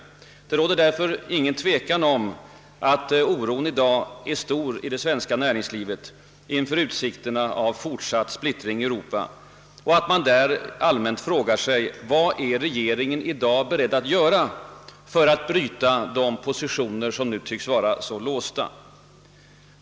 Det råder därför inget tvivel om att oron i dag är stor inom det svenska näringslivet inför utsikterna av fortsatt splittring i Europa. Man frågar sig allmänt: Vad är regeringen beredd att göra för att komma ifrån de positioner som nu tycks vara så låsta?